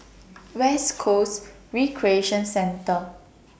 West Coast Recreation Centre